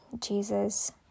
Jesus